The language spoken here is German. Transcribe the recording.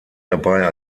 dabei